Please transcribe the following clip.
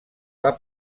van